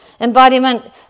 Embodiment